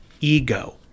ego